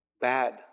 bad